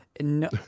No